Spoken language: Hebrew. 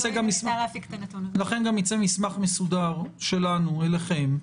לכן גם יצא מסמך מסודר שלנו אליכם,